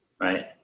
Right